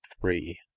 three